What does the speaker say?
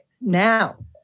now